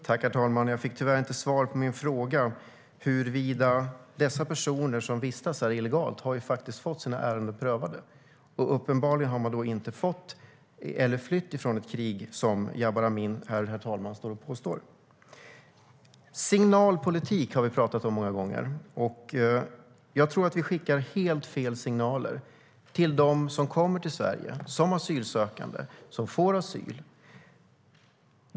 Herr talman! Jag fick tyvärr inte svar på min fråga. Dessa personer som vistas här illegalt har fått sina ärenden prövade, och de har då uppenbarligen inte flytt från ett krig, vilket Jabar Amin påstår. Vi har talat om signalpolitik många gånger. Jag tror att vi skickar helt fel signaler till dem som kommer till Sverige som asylsökande och som får asyl.